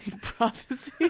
prophecy